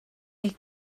eich